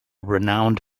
renowned